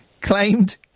Claimed